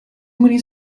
many